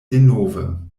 denove